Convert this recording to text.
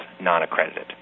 non-accredited